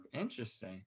interesting